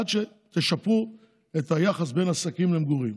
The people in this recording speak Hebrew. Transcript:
עד שתשפרו את היחס בין עסקים למגורים.